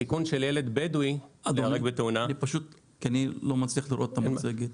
הסיכון של ילד בדווי להיהרג בתאונה --- אני לא מצליח לראות את המצגת,